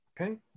Okay